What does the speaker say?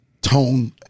tone